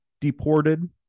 deported